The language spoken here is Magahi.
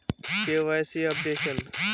KYC updation?